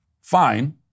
Fine